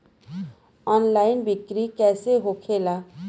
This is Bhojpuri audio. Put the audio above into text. ऑनलाइन बिक्री कैसे होखेला?